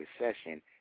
recession